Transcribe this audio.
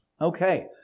Okay